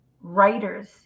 writers